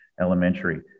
Elementary